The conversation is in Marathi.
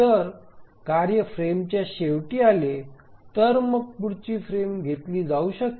जर कार्य फ्रेमच्या शेवटी आले तर मग पुढची फ्रेम घेतली जाऊ शकते